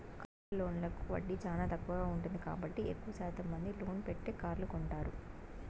car లోన్లకు వడ్డీ చానా తక్కువగా ఉంటుంది కాబట్టి ఎక్కువ శాతం మంది లోన్ పెట్టే కార్లు కొంటారు